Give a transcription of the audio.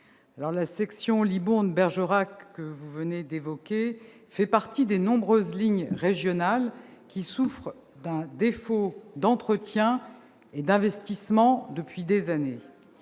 la section Libourne-Bergerac, que vous venez d'évoquer, fait partie des nombreuses lignes régionales qui souffrent d'un défaut d'entretien et d'investissement depuis des années.